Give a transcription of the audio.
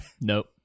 nope